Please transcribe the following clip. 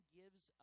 gives